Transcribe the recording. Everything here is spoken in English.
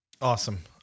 Awesome